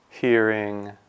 hearing